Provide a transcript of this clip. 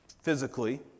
Physically